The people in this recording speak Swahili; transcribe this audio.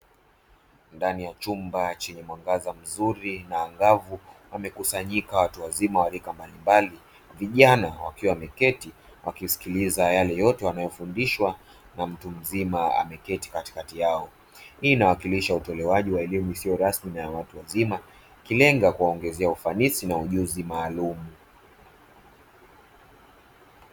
Ndani ya chumba chenye mwangaza mzuri na angavu, wamekusanyika watu wazima wa rika mbalimbali vijana wakiwa wameketi wakisikiliza yale yote wanayofundishwa na mtu mzima ameketi katikati yao, hii inawakilisha utolewaji wa elimu isiyo rasmi na ya watu wazima ikilenga kuwaongezea ufanisi na ujuzi maalum.